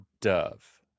Dove